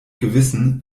gewissen